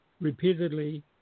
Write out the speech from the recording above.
repeatedly